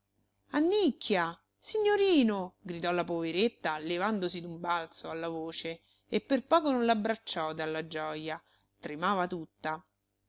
parlava annicchia signorino gridò la poveretta levandosi d'un balzo alla voce e per poco non l'abbracciò dalla gioja tremava tutta